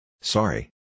Sorry